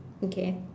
okay